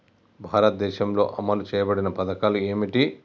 భారతదేశంలో అమలు చేయబడిన పథకాలు ఏమిటి?